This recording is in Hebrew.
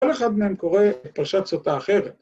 ‫כל אחד מהם קורא ‫את פרשת סוטה אחרת.